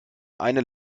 eine